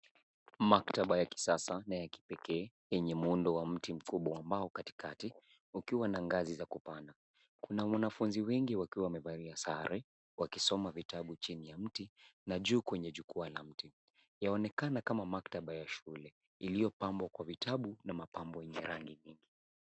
Maktaba ya kisasa na ya kipekee yenye muundo wa mti mkubwa ambao katikati ukiwa na ngazi za kupanda. Kuna wanafunzi wengi wakiwa wamevalia sare wakisoma vitabu chini ya mti na juu kwenye jukwaa la mti yaonekana kama maktaba ya shule iliyopambwa kwa vitabu na mapambo yenye rangi.